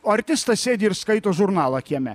o artistas sėdi ir skaito žurnalą kieme